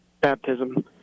baptism